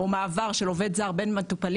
או מעבר של עובד זר בין מטופלים,